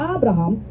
Abraham